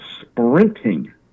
sprinting